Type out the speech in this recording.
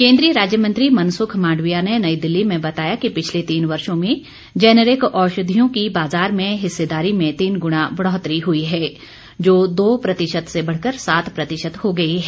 केन्द्रीय राज्य मंत्री मनसुख मांडविया ने नई दिल्ली में बताया कि पिछले तीन वर्षो में जेनेरिक औषधियों की बाजार में हिस्सेदारी में तीन गुना बढ़ोतरी हुई है जो दो प्रतिशत से बढ़कर सात प्रतिशत हो गई है